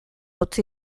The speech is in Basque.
utzi